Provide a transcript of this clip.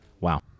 Wow